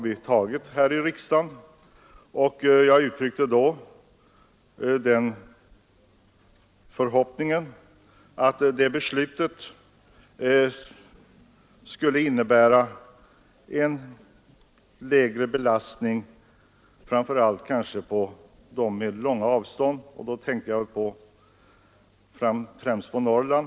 Vid riksdagsbehandlingen uttryckte jag den förhoppningen att beslutet skulle innebära en lägre kostnadsbelastning framför allt för människorna i de delar av landet som har de långa avstånden — då tänkte jag naturligtvis främst på människorna i Norrland.